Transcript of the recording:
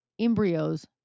embryos